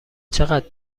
چقدر